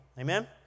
Amen